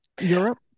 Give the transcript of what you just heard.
Europe